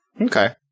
Okay